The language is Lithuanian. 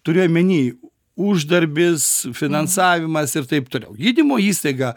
turiu omeny uždarbis finansavimas ir taip toliau gydymo įstaiga